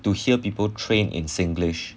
to hear people train in singlish